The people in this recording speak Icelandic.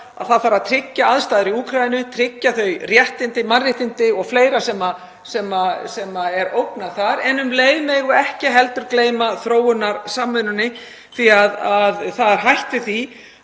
að það þarf að tryggja aðstæður í Úkraínu, tryggja þau réttindi, mannréttindi og fleira sem er ógnað þar, en um leið megum við ekki heldur gleyma þróunarsamvinnunni því að það er hætt við því